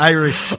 Irish